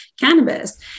cannabis